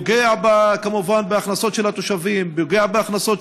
פוגע כמובן בהכנסות של התושבים ופוגע בהכנסות